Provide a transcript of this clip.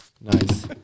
Nice